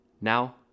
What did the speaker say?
Now